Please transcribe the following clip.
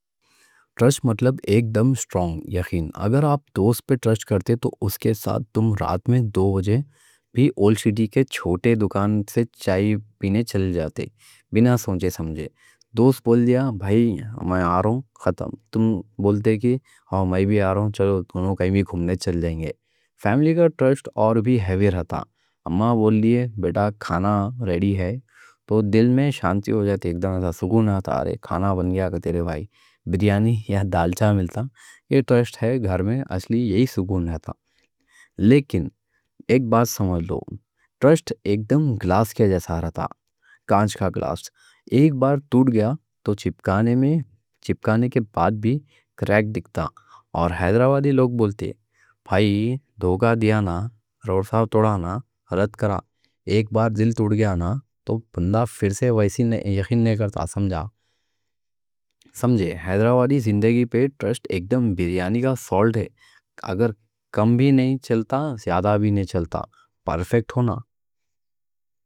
ٹرسٹ مطلب ایک دم سٹرونگ یقین۔ اگر آپ دوست پہ ٹرسٹ کرتے تو اس کے ساتھ تم رات میں دو بجے بھی اول سِٹی کے چھوٹی دکان سے چائے پینے چل جاتے۔ بِنا سوچے سمجھے دوست بول دیا: بھائی، میں آ رہو۔ تم بولتے کہ ہاں، میں بھی آ رہو، چلو تمہو کہیں بھی گھومنے چل جائیں گے۔ فیملی کا ٹرسٹ اور بھی ہیوی رہتا، اماں بول لیے: بیٹا، کھانا ریڈی ہے، تو دل میں شانتی ہو جاتی، ایک دم سکون رہتا۔ کھانا بن گیا، کہ تیرے بھائی بریانی یا دالچا ملتا، یہ ٹرسٹ ہے گھر میں اصلی، یہی سکون رہتا۔ لیکن ایک بات سمجھ لو، ٹرسٹ ایک دم گلاس کے جیسا رہتا۔ کانچ کا گلاس ایک بار ٹوٹ گیا تو چپکانے میں چپکانے کے بعد بھی کریک دکھتا۔ اور حیدرآبادی لوگ بولتے: بھائی، دھوکا دیا نا، روڈ ساو توڑا نا، رت کرا۔ ایک بار دل توڑ گیا نا تو بندہ پھر سے ویسی یقین نہیں کرتا، سمجھا؟ سمجھے؟ حیدرآبادی زندگی پہ ٹرسٹ ایک دم بریانی کا سالٹ ہے، اگر کم بھی نہیں چلتا، زیادہ بھی نہیں چلتا، پرفیکٹ ہونا۔